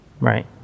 right